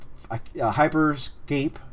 HyperScape